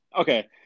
Okay